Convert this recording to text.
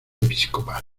episcopal